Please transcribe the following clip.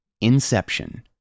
Inception